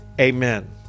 amen